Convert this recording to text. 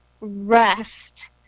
rest